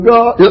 God